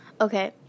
Okay